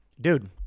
Dude